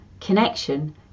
connection